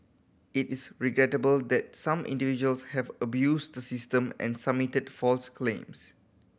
it is regrettable that some individuals have abused the system and submitted false claims